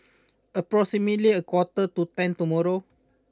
approximately a quarter to ten tomorrow